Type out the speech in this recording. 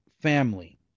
family